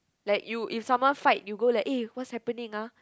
like you if someone fight you go like eh what's happening ah